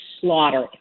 slaughtered